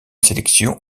sélection